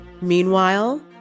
Meanwhile